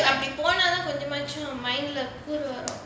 but போனா தான் கொஞ்சமாச்சும் கூறு வரும்:ponaathaan konjamachum kooru varum